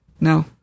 No